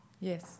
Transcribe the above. Yes